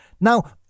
Now